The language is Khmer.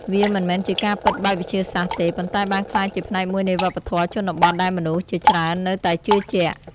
វាមិនមែនជាការពិតបែបវិទ្យាសាស្ត្រទេ ប៉ុន្តែបានក្លាយជាផ្នែកមួយនៃវប្បធម៌ជនបទដែលមនុស្សជាច្រើននៅតែជឿជាក់។